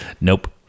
nope